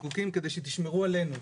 כדי שתשמרו עלינו.